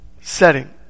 setting